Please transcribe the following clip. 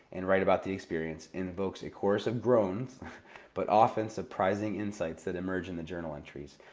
and write about the experience, invokes a chorus of groans but often surprising insights that emerge in the journal entries.